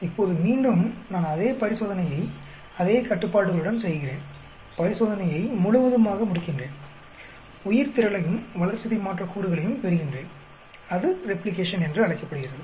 இப்போது மீண்டும் நான் அதே பரிசோதனையை அதே கட்டுப்பாடுகளுடன் செய்கிறேன் பரிசோதனையை முழுவதுமாக முடிக்கின்றேன் உயிர்த்திரளையும் வளர்சிதைமாற்றக்கூறுகளையும் பெறுகின்றேன் அது ரெப்ளிகேஷன் என்று அழைக்கப்படுகிறது